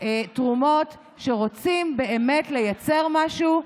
תרומות, שרוצים באמת לייצר משהו,